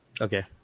Okay